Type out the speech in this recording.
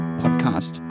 podcast